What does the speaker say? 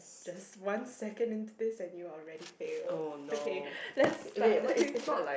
just one second into this and you already failed okay let's start with the